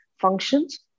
functions